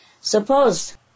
Suppose